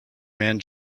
man